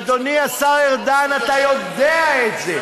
אדוני השר ארדן, אתה יודע את זה.